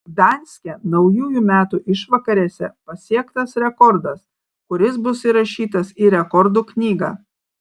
gdanske naujųjų metų išvakarėse pasiektas rekordas kuris bus įrašytas į rekordų knygą